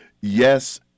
yes